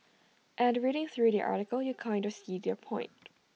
and reading through their article you kind of see their point